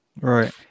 Right